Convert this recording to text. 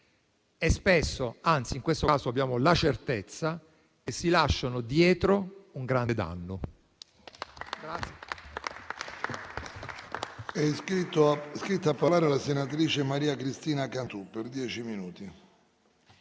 e spesso - anzi, in questo caso, ne abbiamo la certezza - si lasciano dietro un grande danno.